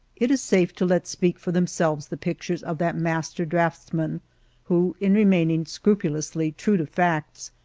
it is safe to let speak for themselves the pictures of that master draughtsman who, in remaining scru pulously true to facts,